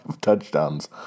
touchdowns